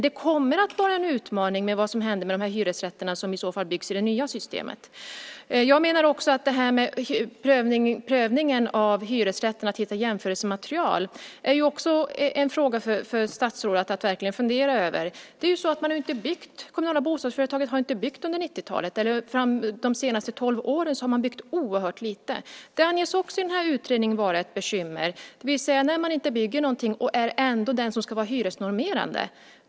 Det kommer att vara en utmaning med vad som händer de här hyresrätterna som i så fall byggs i det nya systemet. Prövningen av hyresrätterna, att hitta jämförelsematerial, är en fråga för statsrådet att verkligen fundera över. Kommunala bostadsföretag har under de senaste tolv åren byggt oerhört lite. Det där anser utredningen också vara ett bekymmer. Man bygger inte någonting och är ändå den som ska vara hyresnormerande.